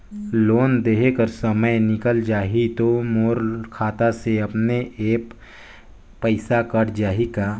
Loan देहे कर समय निकल जाही तो मोर खाता से अपने एप्प पइसा कट जाही का?